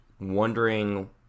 wondering